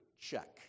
Check